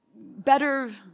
Better